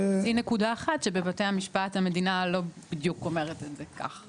להוציא נקודה אחת שבבתי המשפט המדינה לא בדיוק אומרת את זה כך.